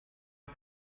und